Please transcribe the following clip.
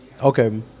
okay